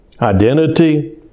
identity